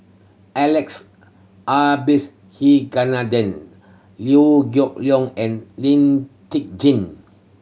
Alex Abisheganaden Liew Geok Leong and Lee Tjin